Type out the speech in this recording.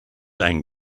and